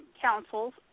councils